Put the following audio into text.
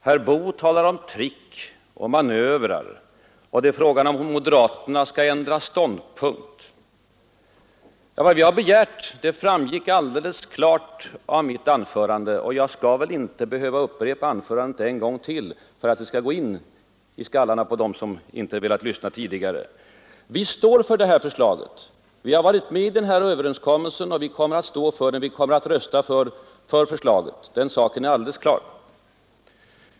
Herr Boo talade om trick och manövrer och antydde att moderaterna skulle ändra ståndpunkt. Nej, vad vi har begärt framgick alldeles klart av mitt anförande, och jag skall väl inte behöva upprepa det för att det skall förstås av dem som inte velat lyssna. Vi står för grundlagsförslaget. Vi har varit med om överenskommelsen, och vi kommer att stå för den och rösta för den — den saken är alldeles klar.